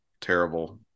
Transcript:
terrible